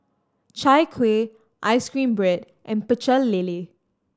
Chai Kuih ice cream bread and Pecel Lele